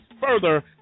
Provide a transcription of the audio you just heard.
further